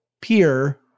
peer